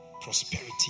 prosperity